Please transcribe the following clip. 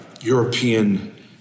European